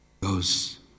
goes